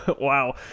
Wow